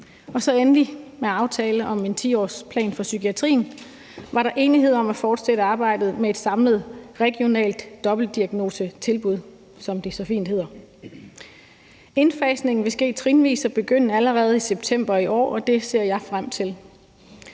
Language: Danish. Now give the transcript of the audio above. og så endelig med aftalen om en 10-årsplan for psykiatrien var der enighed om at fortsætte arbejdet med et samlet regionalt dobbeltdiagnosetilbud, som det så fint hedder. Indfasningen vil ske trinvis og begynde allerede i september i år, og det ser jeg frem til.